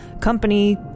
company